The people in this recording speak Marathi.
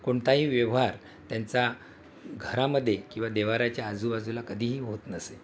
कोणताही व्यवहार त्यांचा घरामध्ये किंवा देव्हाऱ्याच्या आजूबाजूला कधीही होत नसे